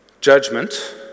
judgment